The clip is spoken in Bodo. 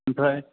ओमफ्राय